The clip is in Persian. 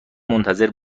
منتظر